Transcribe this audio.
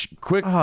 quick